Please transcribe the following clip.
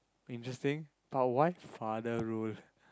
interesting but why father role